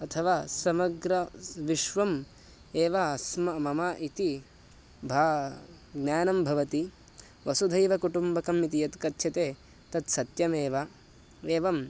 अथवा समग्रविश्वम् एव स्म मम इति भा ज्ञानं भवति वसुधैवकुटुम्बकम् इति यत् कथ्यते तत् सत्यमेव एवम्